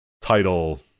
title